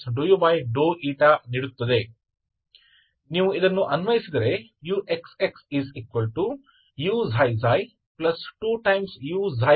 तो यही है ∂x एक बार और ताकि आपको uxx ∂u∂uमिल जाए